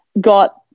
got